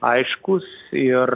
aiškūs ir